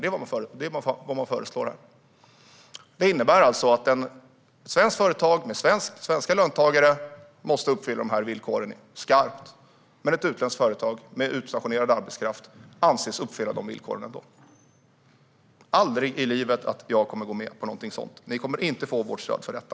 Det är vad man föreslår där. Det innebär att ett svenskt företag med svenska löntagare måste uppfylla villkoren skarpt, men ett utländskt företag med utstationerad arbetskraft anses ändå uppfylla villkoren. Aldrig i livet att jag kommer att gå med på någonting sådant! Ni kommer inte att få vårt stöd för detta.